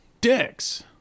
dicks